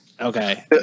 Okay